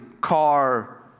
car